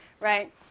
right